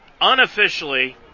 Unofficially